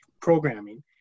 programming